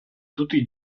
tutti